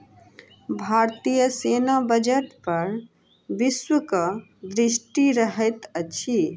भारतीय सेना बजट पर वैश्विक दृष्टि रहैत अछि